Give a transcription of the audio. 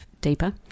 deeper